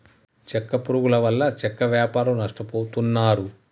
చెక్క పురుగుల వల్ల చెక్క వ్యాపారులు నష్టపోతున్నారు